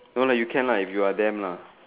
no lah you can lah if you are them lah